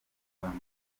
abantu